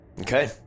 Okay